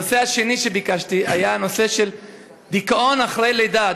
הנושא השני שביקשתי לשאול עליו היה של דיכאון אחרי לידה.